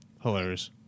hilarious